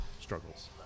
struggles